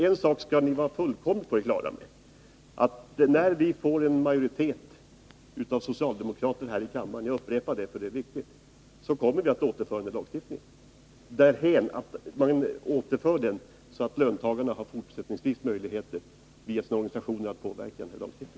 En sak skall vi vara fullständigt på det klara med: När vi får en majoritet av socialdemokrater här i kammaren — jag upprepar detta, eftersom det är viktigt — kommer vi att lagstiftningsvägen återinföra löntagarnas möjligheter att fortsättningsvis via sina organisationer påverka lagen.